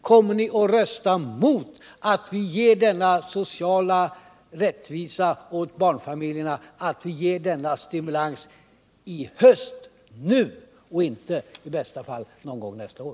Kommer ni att rösta emot att vi ger denna sociala rättvisa åt barnfamiljerna, att vi ger denna stimulans nu i höst och inte i bästa fall någon gång nästa år?